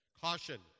caution